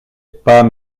pas